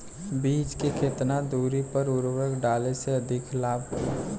बीज के केतना दूरी पर उर्वरक डाले से अधिक लाभ होई?